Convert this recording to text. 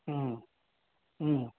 ꯑꯥ ꯎꯝ